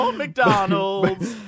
mcdonalds